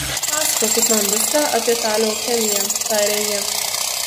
papasakokit man viską apie tą leukemiją tarė ji